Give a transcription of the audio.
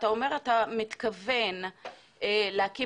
שמתכוונים להקים